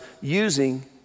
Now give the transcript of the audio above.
using